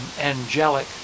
angelic